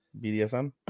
bdsm